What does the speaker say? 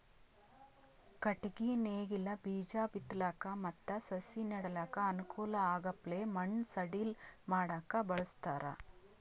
ಕಟ್ಟಗಿ ನೇಗಿಲ್ ಬೀಜಾ ಬಿತ್ತಲಕ್ ಮತ್ತ್ ಸಸಿ ನೆಡಲಕ್ಕ್ ಅನುಕೂಲ್ ಆಗಪ್ಲೆ ಮಣ್ಣ್ ಸಡಿಲ್ ಮಾಡಕ್ಕ್ ಬಳಸ್ತಾರ್